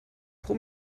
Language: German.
pro